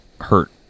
hurt